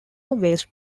waste